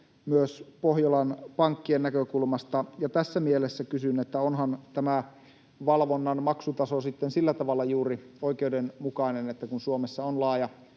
myös Pohjolan pankkien näkökulmasta, niin onhan tämä valvonnan maksutaso sitten sillä tavalla juuri oikeudenmukainen, että kun Suomessa on laaja